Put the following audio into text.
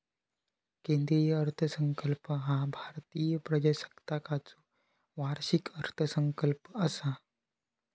केंद्रीय अर्थसंकल्प ह्या भारतीय प्रजासत्ताकाचो वार्षिक अर्थसंकल्प असा